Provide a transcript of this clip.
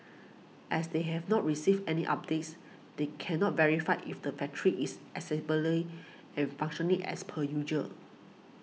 as they have not received any updates they cannot verify if the factory is accessibly and functioning as per usual